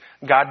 God